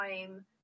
time